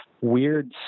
weird